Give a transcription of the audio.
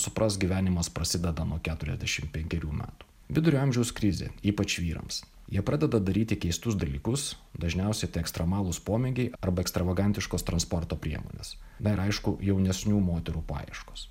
suprask gyvenimas prasideda nuo keturiasdešimt penkerių metų vidurio amžiaus krizė ypač vyrams jie pradeda daryti keistus dalykus dažniausiai tai ekstremalūs pomėgiai arba ekstravagantiškos transporto priemonės na ir aišku jaunesnių moterų paieškos